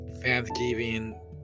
Thanksgiving